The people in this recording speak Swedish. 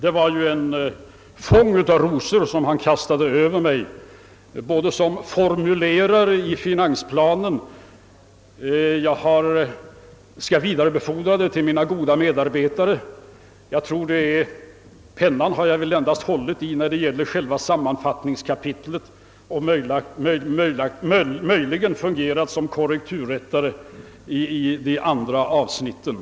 Herr Bohman kastade över mig ett fång rosor, bl.a. för min formulering av finansplanen. Jag skall vidarebefordra detta beröm till mina goda medarbetare. Själv har jag väl endast bållit i pennan när det gäller själva sammanfattningskapitlet, och möjligen har jag fungerat som korrekturrättare i de andra avsnitten.